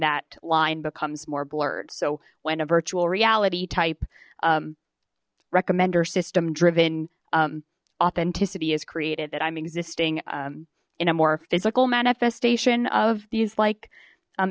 that line becomes more blurred so when a virtual reality type recommender system driven authenticity is created that i'm existing in a more physical manifestation of these like